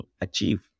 achieve